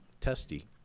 testy